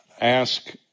ask